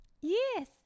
Yes